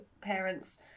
parents